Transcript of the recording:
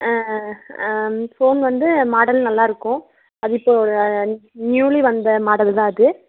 phone வந்து model நல்லா இருக்கும் அது இப்போ ஒரு அஞ் நியூலி வந்த மாடல் தான் அது